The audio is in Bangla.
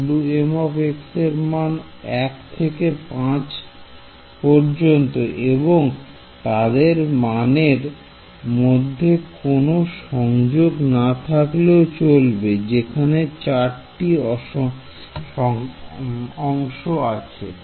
Wm এর মান হবে 1 থেকে 5 পর্যন্ত এবং তাদের মানের মধ্যে কোন সংযোগ না থাকলেও চলবে যেখানে 4 টি অংশ আছে